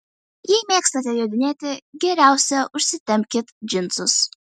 jei mėgstate jodinėti geriausia užsitempkit džinsus